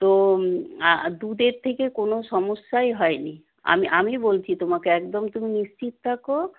তো দুধের থেকে কোনও সমস্যাই হয়নি আমি আমি বলছি তোমাকে একদম তুমি নিশ্চিত থাকো